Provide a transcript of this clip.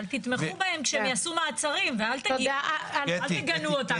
אבל תתמכו בהם כשהם יעשו מעצרים ואל תגנו אותם.